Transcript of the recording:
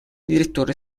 direttore